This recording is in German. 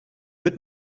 wird